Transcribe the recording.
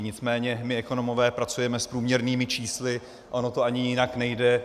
Nicméně my ekonomové pracujeme s průměrnými čísly, ono to ani jinak nejde.